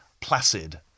placid